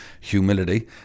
humility